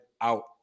out